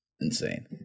insane